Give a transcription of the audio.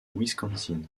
wisconsin